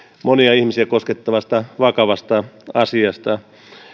monia ihmisiä koskettavasta vakavasta asiasta